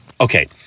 Okay